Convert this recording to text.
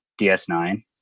DS9